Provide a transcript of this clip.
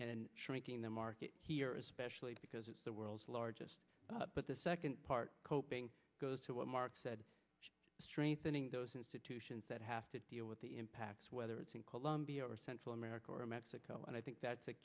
and shrinking the market here especially because it's the world's largest but the second part coping goes to what mark said strengthening those institutions that have to deal with the impacts whether it's in colombia or central america or mexico and i think that's a